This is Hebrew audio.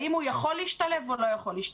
האם הוא יכול להשתלב או לא יכול להשתלב.